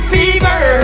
Fever